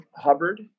Hubbard